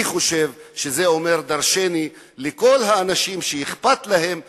אני חושב שזה אומר דורשני לכל האנשים שאכפת להם מהחוק,